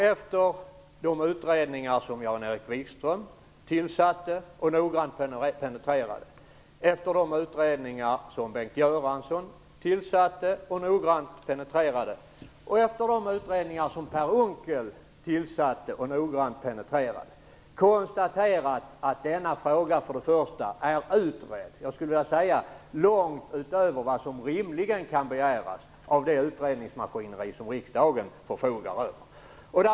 Efter de utredningar som Jan-Erik Wikström, Bengt Göransson och Per Unckel tillsatte och noggrant penetrerade har vi konstaterat att denna fråga är utredd långt utöver vad som rimligen kan begäras av det utredningsmaskineri som riksdagen förfogar över.